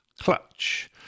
Clutch